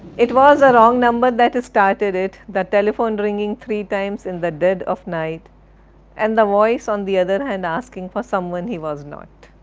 it was a wrong number that started it, the telephone ringing three times in the dead of night and the voice on the other hand asking for someone he was not.